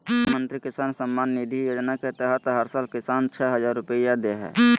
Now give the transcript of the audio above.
प्रधानमंत्री किसान सम्मान निधि योजना के तहत हर साल किसान, छह हजार रुपैया दे हइ